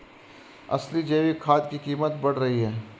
असली जैविक खाद की कीमत बढ़ रही है